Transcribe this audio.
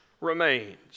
remains